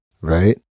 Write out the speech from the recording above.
Right